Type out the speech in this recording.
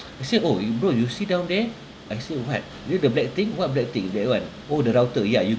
he said oh you bro you see down there I said what you know the black thing what black thing is that one oh the router ya you